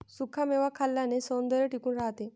सुखा मेवा खाल्ल्याने सौंदर्य टिकून राहते